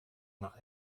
nach